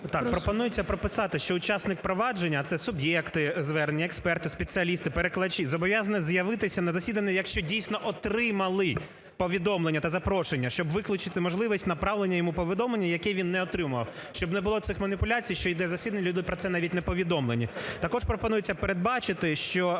Так, пропонується прописати, що учасник провадження – це суб'єкти звернення, експерти, спеціалісти, перекладачі – зобов'язані з'явитися на засіданні, якщо, дійсно, отримали повідомлення та запрошення, щоб виключити можливість направлення йому повідомлення, яке він не отримував, щоб не було цих маніпуляцій, що йде засідання, люди про це навіть не повідомлені. Також пропонується передбачити, що